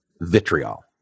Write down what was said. vitriol